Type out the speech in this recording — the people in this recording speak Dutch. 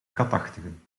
katachtigen